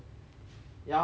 ya I guess you can say that